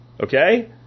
okay